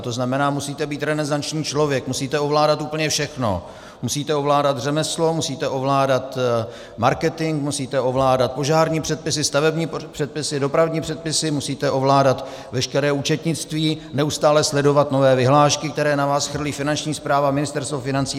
To znamená, že musíte být renezanční člověk, musíte ovládat úplně všechno, musíte ovládat řemeslo, musíte ovládat marketing, musíte ovládat požární předpisy, stavební předpisy, dopravní předpisy, musíte ovládat veškeré účetnictví, neustále sledovat nové vyhlášky, které na vás chrlí Finanční správa, Ministerstvo financí atd.